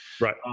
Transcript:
Right